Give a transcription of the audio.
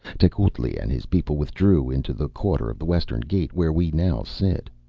tecuhltli and his people withdrew into the quarter of the western gate, where we now sit.